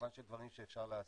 במובן של דברים שאפשר לעשות.